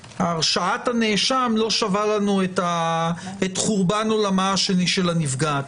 הרשעת הנאשם לא שווה לנו את חורבן עולמה השני של הנפגעת,